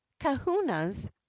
kahunas